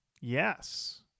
Yes